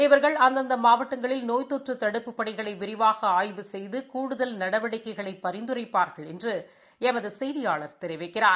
இவர்கள் அந்தந்த மாவட்டங்களில் நோய் தொற்று தடுப்புப் பணிகளை விரிவாக ஆய்வு செய்து கூடுதல் நடவடிக்கைகளை பரிந்துரைப்பார்கள் என்று எமது செய்தியாளர் தெரிவிக்கிறார்